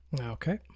Okay